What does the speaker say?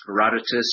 Herodotus